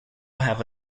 have